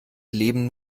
leben